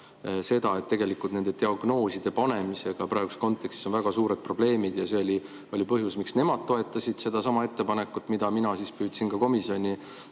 selle, et tegelikult nende diagnooside panemisega on praeguses kontekstis väga suured probleemid. See oli põhjus, miks nemad toetasid sedasama ettepanekut, mida mina püüdsin ka komisjonile